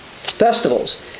Festivals